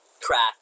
craft